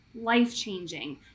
life-changing